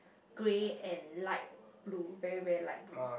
grey and light blue very very light blue